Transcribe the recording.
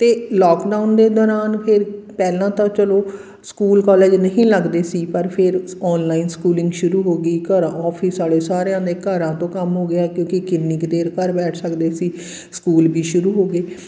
ਅਤੇ ਲੋਕਡਾਊਨ ਦੇ ਦੌਰਾਨ ਫਿਰ ਪਹਿਲਾਂ ਤਾਂ ਚਲੋ ਸਕੂਲ ਕੋਲੇਜ ਨਹੀਂ ਲੱਗਦੇ ਸੀ ਪਰ ਫਿਰ ਸ ਔਨਲਾਈਨ ਸਕੂਲਿੰਗ ਸ਼ੁਰੂ ਹੋ ਗਈ ਘਰ ਆਫ਼ਿਸ ਵਾਲੇ ਸਾਰਿਆਂ ਦੇ ਘਰਾਂ ਤੋਂ ਕੰਮ ਹੋ ਗਿਆ ਕਿਉਂਕਿ ਕਿੰਨੀ ਕੁ ਦੇਰ ਘਰ ਬੈਠ ਸਕਦੇ ਸੀ ਸਕੂਲ ਵੀ ਸ਼ੁਰੂ ਹੋ ਗਏ